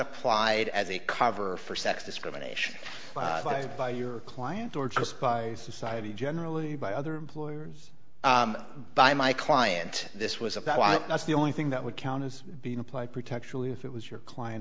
applied as a cover for sex discrimination by your client or just by society generally by other employers by my client this was about why that's the only thing that would count as being apply protection if it was your client